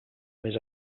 més